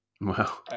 Wow